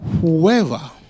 Whoever